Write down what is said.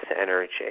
energy